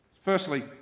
Firstly